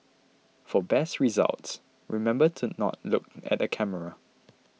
for best results remember to not look at the camera